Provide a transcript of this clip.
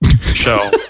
show